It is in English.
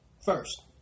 first